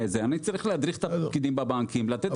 אני צריך להדריך את הפקידים בבנקים לתת את התשובות הנכונות.